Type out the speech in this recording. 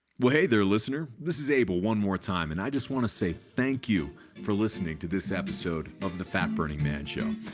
well hey there, listener. this is abel one more time and i just want to say thank you for listening to this episode of the fat-burning man show.